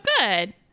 good